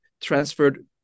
transferred